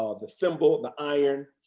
ah the thimble, the iron,